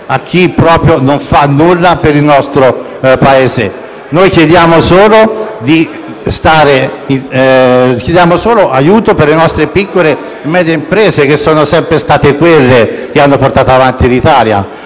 a chi proprio non fa nulla per il nostro Paese. Noi chiediamo solo aiuto per le nostre piccole e medie imprese, che sono sempre state quelle che hanno portato avanti l'Italia,